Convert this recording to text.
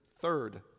third